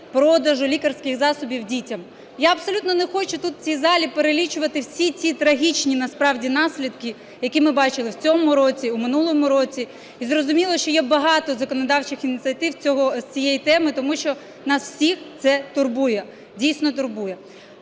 продажу лікарських засобів дітям. Я абсолютно не хочу тут в цій залі перелічувати всі ці трагічні насправді наслідки, які ми бачили в цьому році, у минулому році. І зрозуміло, що є багато законодавчих ініціатив цієї теми, тому що нас всіх це турбує, дійсно турбує.